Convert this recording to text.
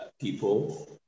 people